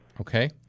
Okay